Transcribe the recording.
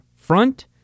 front